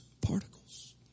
particles